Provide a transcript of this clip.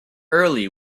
early